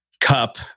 cup